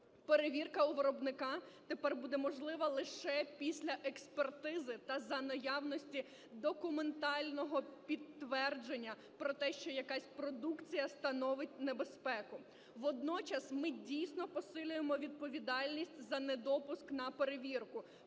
Перевірка у виробника тепер буде можлива лише після експертизи та за наявності документального підтвердження про те, що якась продукція становить небезпеку. Водночас ми, дійсно, посилюємо відповідальність за недопуск на перевірку,